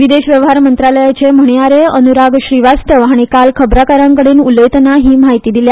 विदेश वेव्हार मंत्रालयाचे म्हणयारे अनुराग श्रीवास्तव हांणी काल खबराकारां कडेन उलयतना ही म्हायती दिली